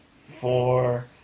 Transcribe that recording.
four